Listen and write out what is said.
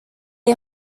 est